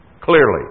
Clearly